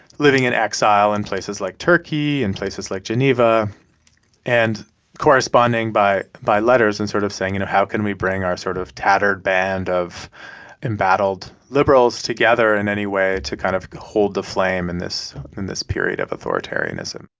living in exile in places like turkey and places like geneva and corresponding by by letters and sort of saying, you know, how can we bring our sort of tattered band of embattled liberals together in any way to kind of hold the flame in this in this period of authoritarianism?